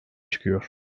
çıkıyor